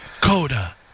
Coda